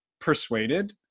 persuaded